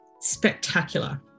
spectacular